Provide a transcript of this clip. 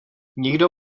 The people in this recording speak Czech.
nikdo